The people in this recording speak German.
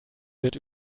wird